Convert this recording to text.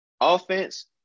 offense